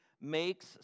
makes